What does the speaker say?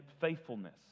faithfulness